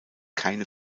keine